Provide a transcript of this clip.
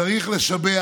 צריך לשבח